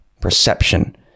perception